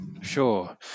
Sure